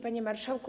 Panie Marszałku!